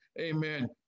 amen